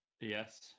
Yes